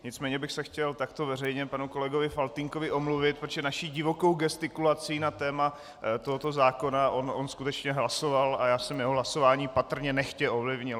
Nicméně bych se chtěl takto veřejně panu kolegovi Faltýnkovi omluvit, protože naší divokou gestikulací na téma tohoto zákona on skutečně hlasoval a já jsem jeho hlasování patrně nechtě ovlivnil.